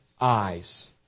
eyes